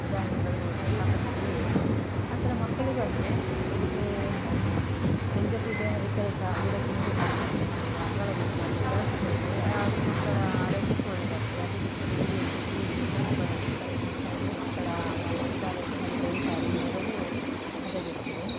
ಉದಾಹರಣೆಗಳು ಸಾಕಷ್ಟು ಇವೆ ಆ ಥರ ಮಕ್ಕಳಿಗು ಅಷ್ಟೆ ಬೆಳಿಗ್ಗೆ ಎದ್ದ ಕೂಡಲೆ ಏನಾದರು ಕೆಲಸ ಗಿಡಕ್ಕೆ ನೀರು ಹಾಕುವಂಥದ್ದು ಅಂಗಳ ಗುಡಿಸುವಂಥದ್ದು ಕೆಲಸ ಕೊಟ್ಟರೆ ಆ ಮಕ್ಕಳ ಆರೋಗ್ಯಕ್ಕು ಒಳ್ಳೆದಾಗ್ತದೆ ಅದು ಬಿಟ್ಟು ಬೆಳಿಗ್ಗೆ ಎದ್ದು ಟಿವಿ ಮೊಬೈಲ್ ಈ ಥರ ನೋಡ್ತಾ ಇದ್ದರೆ ಮಕ್ಕಳ ಮಾನಸಿಕ ಆರೋಗ್ಯ ಹಾಗು ದೈಹಿಕ ಆರೋಗ್ಯ ಎರಡೂ ಹದಗೆಡ್ತದೆ